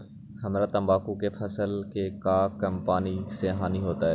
हमरा तंबाकू के फसल के का कम नमी से हानि होई?